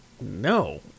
No